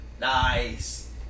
Nice